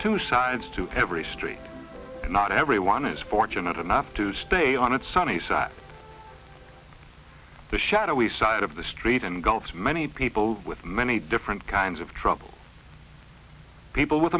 two sides to every street not everyone is fortunate enough to stay on it's sunny side the shadowy side of the street and gulped many people with many different kinds of trouble people with